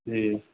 जी